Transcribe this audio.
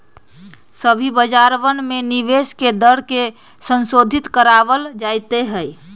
सभी बाजारवन में निवेश के दर के संशोधित करावल जयते हई